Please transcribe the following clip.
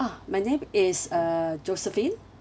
ah my name is uh josephine